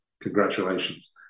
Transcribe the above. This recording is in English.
Congratulations